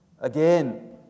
again